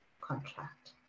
contract